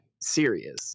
serious